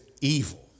evil